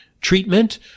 treatment